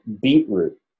beetroot